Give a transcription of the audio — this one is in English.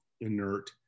inert